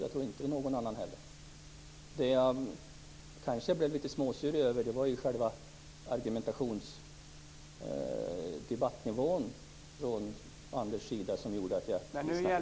Jag tror inte heller att någon annan har något emot det. Det jag kanske blev litet småsur över var Anders Björcks debattnivå ...